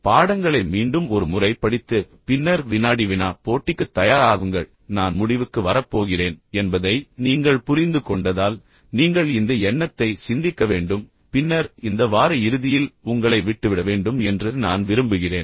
பாடங்களை மீண்டும் ஒரு முறை படித்து பின்னர் வினாடி வினா போட்டிக்குத் தயாராகுங்கள் நான் முடிவுக்கு வரப் போகிறேன் என்பதை நீங்கள் புரிந்துகொண்டதால் நீங்கள் இந்த எண்ணத்தை சிந்திக்க வேண்டும் பின்னர் இந்த வார இறுதியில் உங்களை விட்டுவிட வேண்டும் என்று நான் விரும்புகிறேன்